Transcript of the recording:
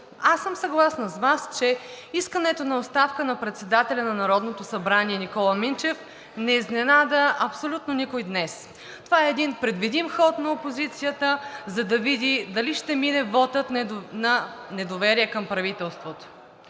аз съм съгласна с Вас, че искането на оставка на председателя на Народното събрание Никола Минчев не изненада абсолютно никой днес. Това е предвидим ход на опозицията, за да види дали ще мине вотът на недоверие към правителството.